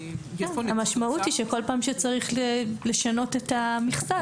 המשמעות היא שכל פעם שצריך לשנות את המכסה,